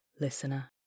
listener